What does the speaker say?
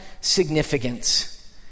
significance